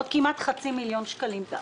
עוד כמעט חצי מיליון שקלים.